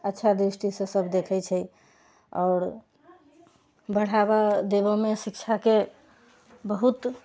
अच्छा दृष्टिसँ सब देखै छै आओर बढ़ावा देबऽमे शिक्षाके बहुत